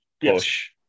push